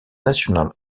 national